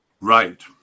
Right